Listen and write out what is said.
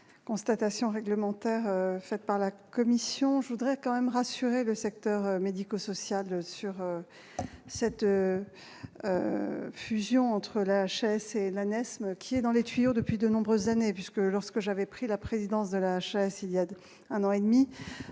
les constatations réglementaires effectuées par la commission, je voudrais rassurer le secteur médico-social à propos de la fusion entre la HAS et l'ANESM, qui est dans les tuyaux depuis de nombreuses années. En effet, lorsque j'avais pris la présidence de la HAS, il y a un an et demi,